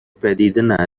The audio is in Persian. پدیده